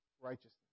righteousness